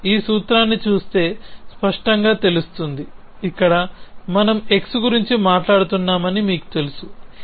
మీరు ఈ సూత్రాన్ని చూస్తే స్పష్టంగా తెలుస్తుంది ఇక్కడ మనము x గురించి మాట్లాడుతున్నామని మీకు తెలుసు